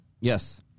Yes